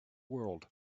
world